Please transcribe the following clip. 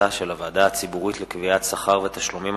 המלצה של הוועדה הציבורית לקביעת שכר ותשלומים